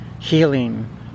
healing